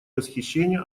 восхищение